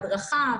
הדרכה,